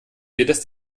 jedes